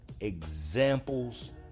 examples